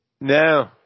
No